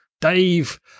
dave